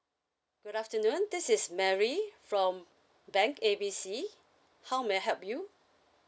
good afternoon this is mary from bank A B C how may I help you